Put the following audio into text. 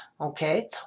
okay